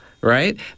right